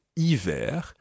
hiver